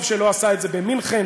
טוב שלא עשה את זה במינכן,